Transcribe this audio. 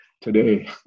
today